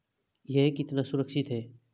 यह कितना सुरक्षित है?